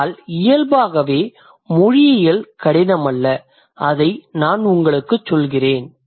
ஆனால் இயல்பாகவே மொழியியல் கடினம் அல்ல அதை நான் உங்களுக்கு சொல்கிறேன்